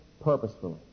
purposefully